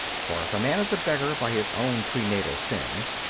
for if a man is a beggar by his own pre-natal sins,